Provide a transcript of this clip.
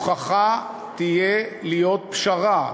הכרחי שתהיה פשרה.